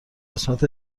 قسمت